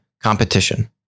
Competition